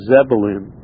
Zebulun